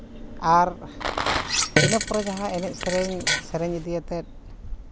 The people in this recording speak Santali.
ᱟᱨ ᱤᱱᱟᱹ ᱯᱚᱨᱮ ᱡᱟᱦᱟᱸ ᱮᱱᱮᱡ ᱥᱮᱨᱮᱧ ᱥᱮᱨᱮᱧ ᱤᱫᱤ ᱠᱟᱛᱮᱫ